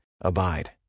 Abide